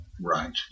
Right